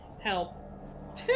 help